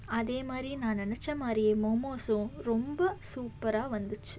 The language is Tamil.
அதே மாதிரி நான் நினச்ச மாதிரியே மோமோஸும் ரொம்ப சூப்பராக வந்துச்சு